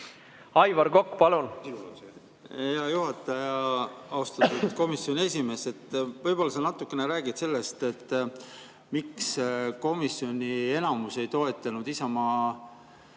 Aivar Kokk, palun! Hea juhataja! Austatud komisjoni esimees! Võib-olla sa natuke räägid sellest, miks komisjoni enamus ei toetanud Isamaa